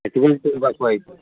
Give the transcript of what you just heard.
ଏଥିପାଇଁ ତୁମ ପାଖକୁ ଆସିଛି